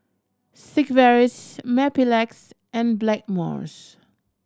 Sigvaris Mepilex and Blackmores